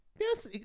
yes